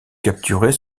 capturés